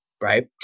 right